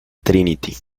trinity